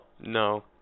No